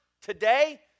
today